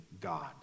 God